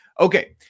Okay